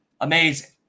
amazing